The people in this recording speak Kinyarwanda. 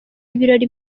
ibirori